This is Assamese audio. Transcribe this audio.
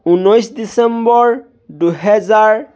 ঊনৈছ ডিচেম্বৰ দুহেজাৰ